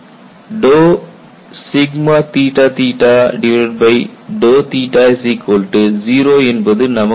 0 என்பது நமக்கு தெரியும்